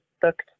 booked